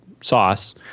sauce